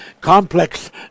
complex